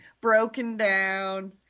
broken-down